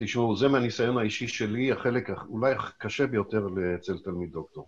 תשמעו, זה מהניסיון האישי שלי, החלק אולי הקשה ביותר אצל תלמיד דוקטור